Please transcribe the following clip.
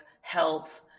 health